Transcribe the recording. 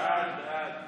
הודעת